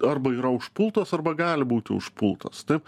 arba yra užpultos arba gali būti užpultos taip